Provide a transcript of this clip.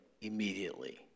immediately